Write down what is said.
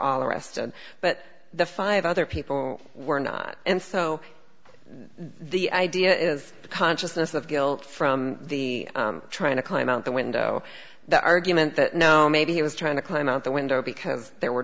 all arrested but the five other people were not and so the idea is consciousness of guilt from the trying to climb out the window the argument that maybe he was trying to climb out the window because there were